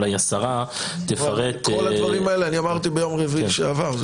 אולי השרה תפרט --- אני אמרתי את כל הדברים האלה ביום רביעי שעבר.